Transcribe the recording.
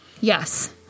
Yes